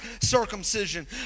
circumcision